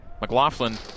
McLaughlin